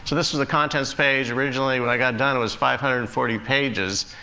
this was the contents page originally. when i got done it was five hundred and forty pages,